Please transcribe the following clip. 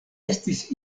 estis